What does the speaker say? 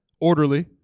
orderly